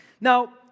Now